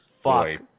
fuck